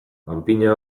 panpina